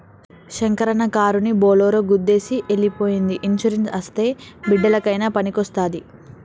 శంకరన్న కారుని బోలోరో గుద్దేసి ఎల్లి పోయ్యింది ఇన్సూరెన్స్ అస్తే బిడ్డలకయినా పనికొస్తాది